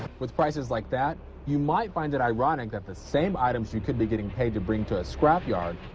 with prices like that, you might find it ironic that the same items you could be getting paid to bring to a scrap yard,